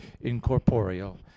incorporeal